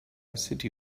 city